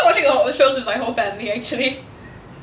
watching a lot of shows with my whole family actually